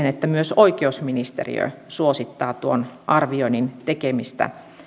siihen että myös oikeusministeriö suosittaa tuon arvioinnin tekemistä